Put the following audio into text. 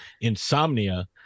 Insomnia